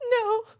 no